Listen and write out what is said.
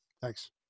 Thanks